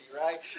right